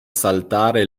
saltare